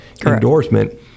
endorsement